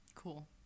Cool